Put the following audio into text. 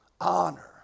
honor